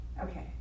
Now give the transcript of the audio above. Okay